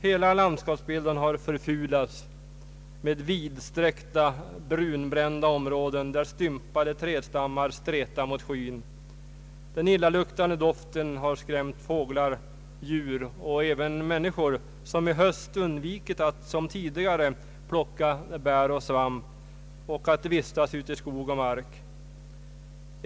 Hela landskapsbilden har förfulats med vidsträckta brunbrända områden där stympade trädstammar stretar mot skyn. Den obehagliga lukten har skrämt fåglar, andra djur och även människor. Många har i höst undvikit att som tidigare plocka bär och svamp och att vistas ute i skog och mark.